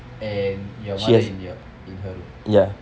and your mother in your in her room